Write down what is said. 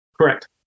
Correct